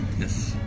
yes